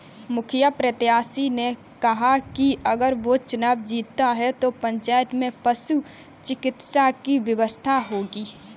मुखिया प्रत्याशी ने कहा कि अगर वो चुनाव जीतता है तो पंचायत में पशु चिकित्सा की व्यवस्था होगी